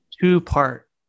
two-part